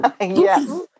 yes